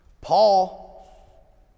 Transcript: Paul